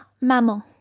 maman